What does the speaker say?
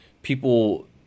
People